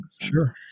Sure